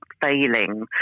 failing